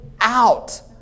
out